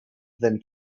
than